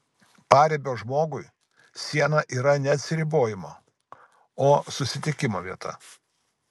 paribio žmogui siena yra ne atsiribojimo o susitikimo vieta